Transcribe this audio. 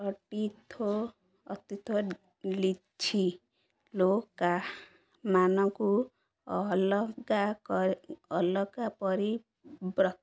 ଅତିଥ ଅତିଥ ଲିଛି ଲକା ମାନଙ୍କୁ ଅଲଗା ଅଲଗା ପରି ବ୍ର